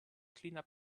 cleaner